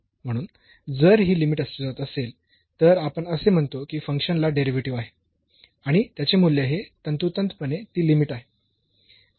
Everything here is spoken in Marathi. म्हणून जर ही लिमिट अस्तित्वात असेल तर आपण असे म्हणतो की फंक्शनला डेरिव्हेटिव्ह आहे आणि त्याचे मूल्य हे तंतोतंतपणे ती लिमिट आहे